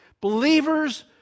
Believers